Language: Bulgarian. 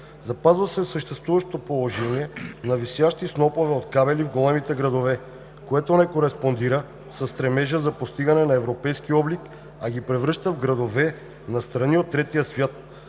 Запазва се съществуващото положение на висящи снопове от кабели в големите градове, което не кореспондира със стремежа за постигане на европейски облик, а ги превръща в градове на страни от третия свят.